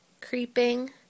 creeping